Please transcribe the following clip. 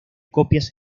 copias